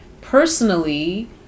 Personally